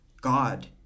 god